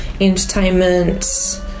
entertainment